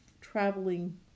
traveling